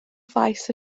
faes